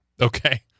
Okay